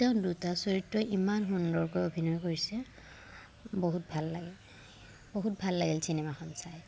তেওঁ দুটা চৰিত্ৰই ইমান সুন্দৰকৈ প্ৰকাশ কৰিছে বহুত ভাল লাগে বহুত ভাল লাগিল চিনেমাখন চাই